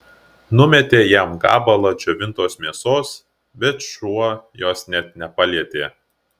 numetė jam gabalą džiovintos mėsos bet šuo jos net nepalietė